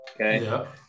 okay